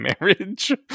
marriage